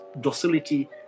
docility